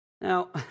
Now